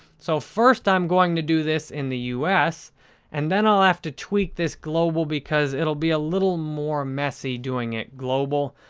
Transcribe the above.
so, first i'm going to do this in the us and then i'll have to tweak this global because it will be a little more messy doing it global.